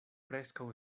preskaŭ